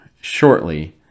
shortly